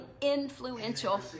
influential